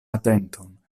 atenton